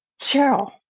cheryl